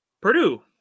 Purdue